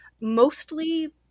mostly